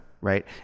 right